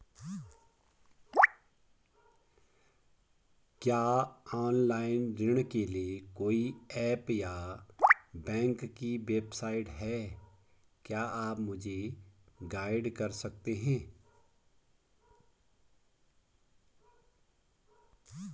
क्या ऑनलाइन ऋण के लिए कोई ऐप या बैंक की वेबसाइट है क्या आप मुझे गाइड कर सकते हैं?